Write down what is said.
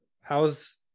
how's